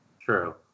True